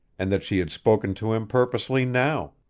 and that she had spoken to him purposely now,